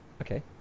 Okay